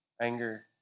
anger